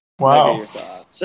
Wow